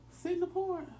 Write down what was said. Singapore